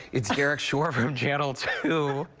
it's derrick shore from channel two.